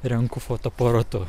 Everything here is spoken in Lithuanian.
renku fotoparatu